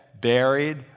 buried